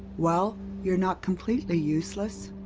well, you're not completely useless.